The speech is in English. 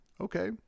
okay